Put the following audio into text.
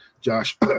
Josh